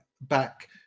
back